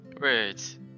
Wait